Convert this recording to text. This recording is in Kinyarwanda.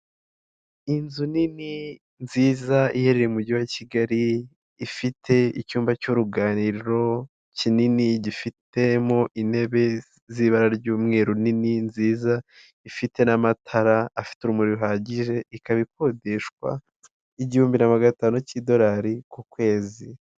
Inzu nini nziza iherereye mu mujyi wa Kigali ifite icyumba cy'uruganiriro kinini gifitemo intebe z'ibara ry'umweru nini nziza ifite n'amatara afite urumuri ruhagije ikaba ikodeshwa igihumbi na maganatanu cy'idorari ku kwezi.